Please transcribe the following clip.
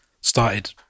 started